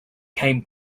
came